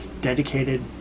dedicated